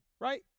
right